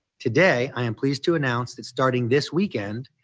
today i am pleased to announce that starting this weekend.